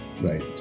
Right